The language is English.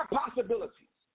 possibilities